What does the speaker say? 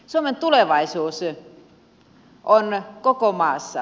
suomen tulevaisuus on koko maassa